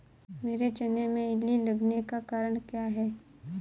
मेरे चने में इल्ली लगने का कारण क्या है?